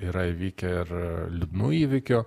yra įvykę ir liūdnų įvykių